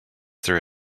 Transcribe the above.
there